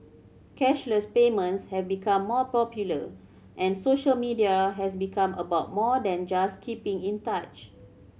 cashless payments have become more popular and social media has become about more than just keeping in touch